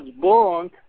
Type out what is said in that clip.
born